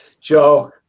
Joe